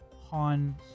Han